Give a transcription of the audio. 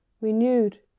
renewed